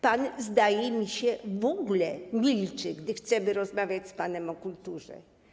Pan, zdaje mi się, w ogóle milczy, gdy chcemy rozmawiać z panem o kulturze.